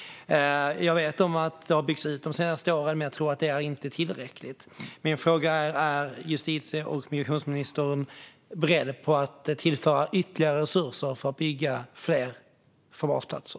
Jag vet att de har byggts ut de senaste åren, men jag tror inte att det är tillräckligt. Min fråga är om justitie och migrationsministern är beredd att tillföra ytterligare resurser för att bygga fler förvarsplatser.